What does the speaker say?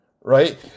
right